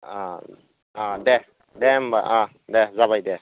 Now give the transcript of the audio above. अ अ दे दे होनबा अ दे जाबाय दे